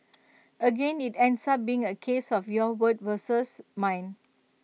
again IT ends up being A case of your word versus mine